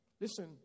Listen